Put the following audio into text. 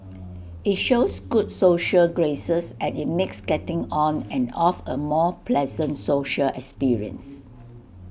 IT shows good social graces and IT makes getting on and off A more pleasant social experience